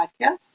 podcast